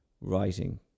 writing